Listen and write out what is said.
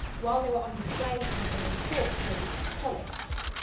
while they were on display in the benin court, they'd be kept polished.